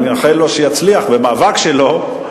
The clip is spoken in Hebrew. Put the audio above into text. אני מאחל לו שיצליח במאבק שלו,